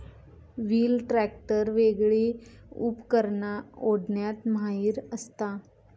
wheel tractor वेगली उपकरणा ओढण्यात माहिर असता